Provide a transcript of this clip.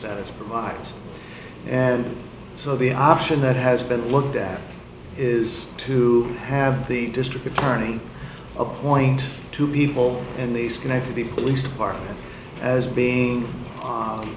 status provides and so the option that has been looked at is to have the district attorney appoint two people and these connect to the police department as being